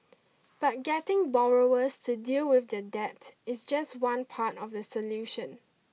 but getting borrowers to deal with their debt is just one part of the solution